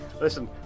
listen